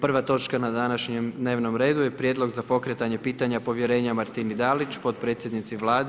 Prva točka na današnjem dnevnom redu je: - Prijedlog za pokretanje pitanje povjerenja Martini Dalić, potpredsjednici Vlade